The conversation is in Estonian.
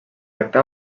kätte